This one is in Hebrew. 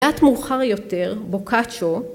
קצת מאוחר יותר בוקצ'ו